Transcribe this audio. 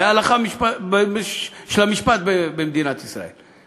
מההלכה של המשפט במדינת ישראל.